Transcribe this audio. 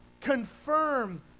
confirm